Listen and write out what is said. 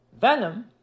Venom